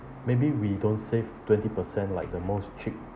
maybe we don't save twenty percent like the most cheap